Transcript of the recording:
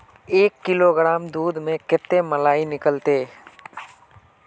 एक किलोग्राम दूध में कते मलाई निकलते?